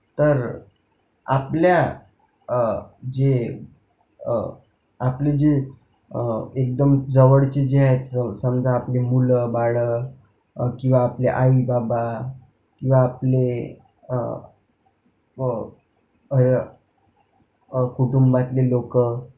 तर आपल्या जे आपली जी एकदम जवळचे जे आहेत समजा आपली मुलंबाळं किंवा आपले आईबाबा किंवा आपले कुटुंबातले लोक